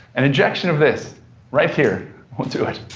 an injection of this right here will do it.